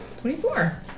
twenty-four